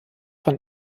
von